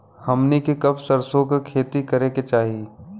हमनी के कब सरसो क खेती करे के चाही?